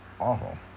awful